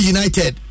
United